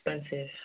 expensive